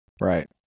Right